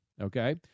okay